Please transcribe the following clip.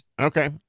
okay